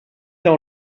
dans